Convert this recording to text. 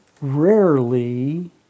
Rarely